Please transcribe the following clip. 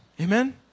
Amen